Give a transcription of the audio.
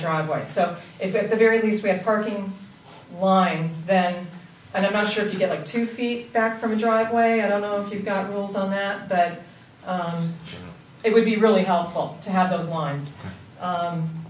driveway so the very least we have party lines then and i'm not sure if you get like two feet back from a driveway i don't know if you've got rules on that but it would be really helpful to have those lines